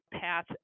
path